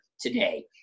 today